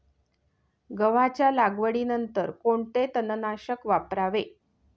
गव्हाच्या लागवडीनंतर कोणते तणनाशक वापरावे?